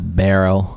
barrel